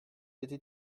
été